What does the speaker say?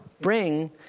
bring